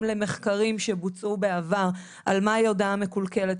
למחקרים שבוצעו בעבר על מה היא הודעה מקולקלת,